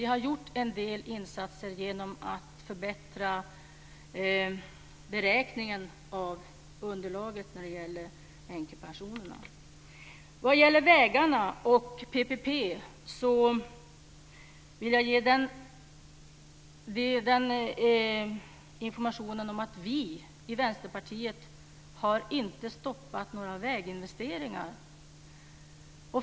Vi har gjort en del insatser genom att förbättra beräkningen av underlaget för änkepensionerna. Sedan var det frågan om vägarna och PPP. Jag vill informera om att vi i Vänsterpartiet inte har stoppat några väginvesteringar.